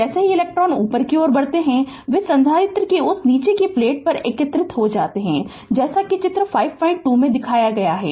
जैसे ही इलेक्ट्रॉन ऊपर की ओर बढ़ते हैं वे संधारित्र की उस निचली प्लेट पर एकत्रित हो जाते हैं जैसा कि चित्र 52 में दिखाया गया है